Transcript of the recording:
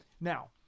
Now